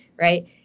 Right